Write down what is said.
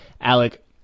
Alec